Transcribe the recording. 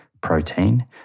protein